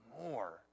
more